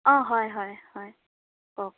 অঁ হয় হয় হয় কওক